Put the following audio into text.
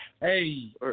Hey